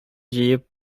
җыеп